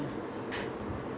I come back what time